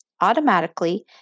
automatically